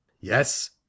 Yes